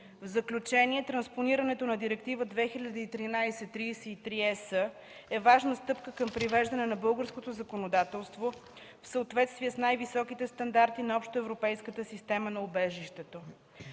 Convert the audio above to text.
В заключение, транспонирането на Директива 2013/33/ЕС e важна стъпка към привеждането на българско законодателство в съответствие с най-високите стандарти на Общата европейска система за убежището.